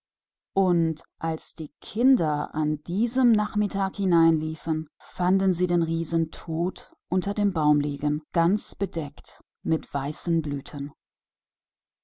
und als die kinder an diesem nachmittag hereinstürmten da fanden sie den riesen tot unter dem baume liegen und ganz bedeckt mit weißen blüten